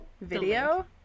video